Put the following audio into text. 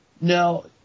No